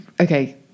okay